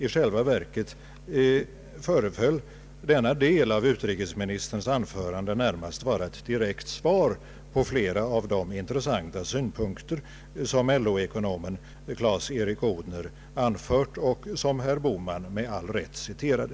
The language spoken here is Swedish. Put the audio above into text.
I själva verket föreföll denna del av utrikesministerns anförande närmast vara ett direkt svar på flera av de intressanta synpunkter som LO-ekonomen Clas-Erik Odhner anfört och som herr Bohman med all rätt citerade.